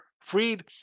Freed